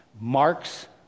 marks